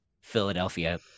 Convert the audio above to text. Philadelphia